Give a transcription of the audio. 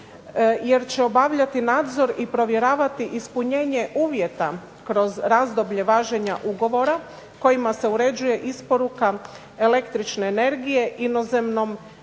jer će obavljati nadzor i provjeravati ispunjenje uvjeta kroz razdoblje važenja ugovora, kojima se uređuje isporuka električne energije inozemnom